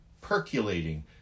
percolating